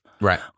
Right